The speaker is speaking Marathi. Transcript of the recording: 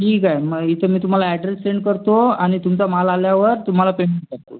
ठीक आहे मग मी इथे तुम्हाला ॲड्रेस सेंड करतो आणि तुमचा माल आल्यावर तुम्हाला पेमेंट करतो